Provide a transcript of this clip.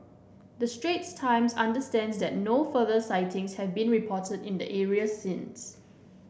the Straits Times understands that no further sightings have been reported in the areas since